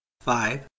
Five